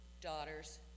daughters